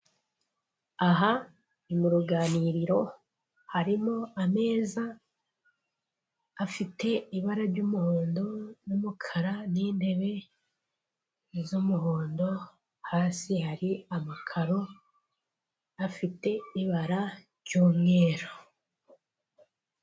Aha ni mu ruganiriro harimo ameza afite ibara ry'umuhondo n'umukara n'intebe z'umuhondo hasi hari amakaro afite ibara ry'umweru.